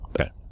okay